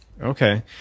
Okay